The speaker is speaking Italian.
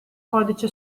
codice